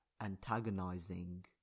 antagonizing